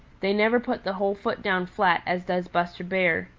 they never put the whole foot down flat as does buster bear.